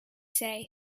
say